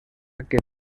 que